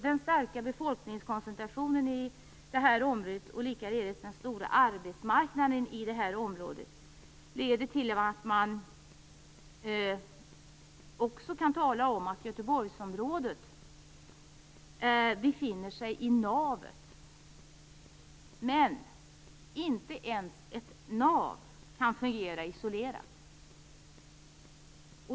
Den starka befolkningskoncentrationen i Göteborgsområdet och likaledes den stora arbetsmarknaden i regionen leder till att man, i likhet med vad som görs i propositionen, också kan tala om att Göteborgsområdet befinner sig i navet. Men inte ens ett nav kan fungera isolerat.